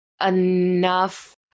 enough